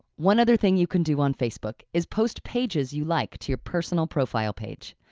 one other thing you can do on facebook is post pages you like to your personal profile page.